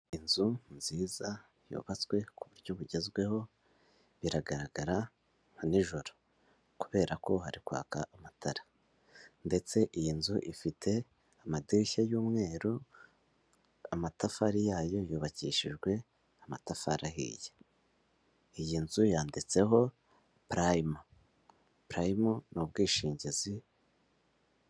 Inzu nziza yubatswe ku buryo bugezweho, biragaragara nka n'ijoro kubera ko hari kwaka amatara ndetse iyi nzu ifite amadirishya y'umweru, amatafari yayo yubakishijwe amatafari ahiye, iyi nzu yanditseho purayimu, purayimu ni ubwishingizi.